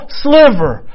sliver